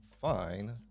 fine